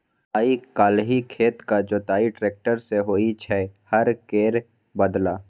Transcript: आइ काल्हि खेतक जोताई टेक्टर सँ होइ छै हर केर बदला